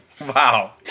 Wow